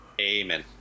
amen